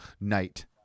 night